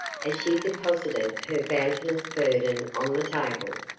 as she deposited her bounteous burden on the table.